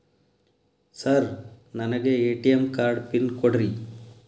Sir ನನಗೆ ATM card PIN ಕೊಡ್ರಿ?